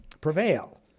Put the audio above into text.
prevail